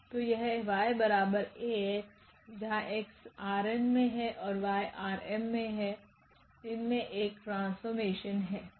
तो यह𝑦𝐴𝑥𝑥∈ℝ𝑛𝑦∈ℝ𝑚 मे एक ट्रांसफॉर्मेशन है